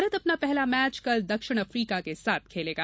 भारत अपना पहला मैच कल दक्षिण अफ्रीका के साथ खेलेगा